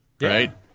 right